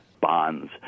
bonds